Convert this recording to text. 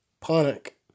Panic